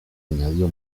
añadió